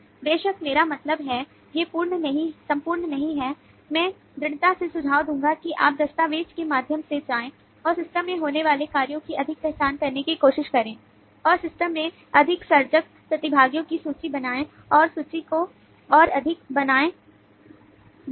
बेशक मेरा मतलब है ये संपूर्ण नहीं हैं मैं दृढ़ता से सुझाव दूंगा कि आप दस्तावेज़ के माध्यम से जाएं और सिस्टम में होने वाले कार्यों की अधिक पहचान करने की कोशिश करें और सिस्टम में अधिक सर्जक प्रतिभागियों की सूची बनाएं और सूची को और अधिक बनाएं बड़े